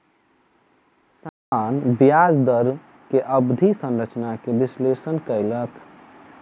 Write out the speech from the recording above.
संस्थान ब्याज दर के अवधि संरचना के विश्लेषण कयलक